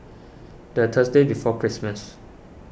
the Thursday before Christmas